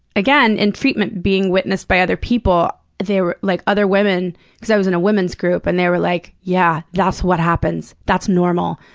again in treatment, being witnessed by other people, they were like other women cause i was in a women's group, and they were like, yeah, that's what happens. that's normal.